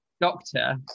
doctor